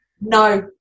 No